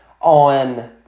on